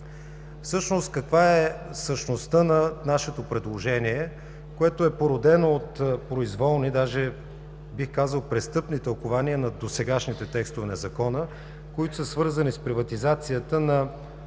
каква е същността на нашето предложение, което е породено от произволни, даже бих казал престъпни тълкувания на досегашните текстове на Закона, които са свързани с приватизацията на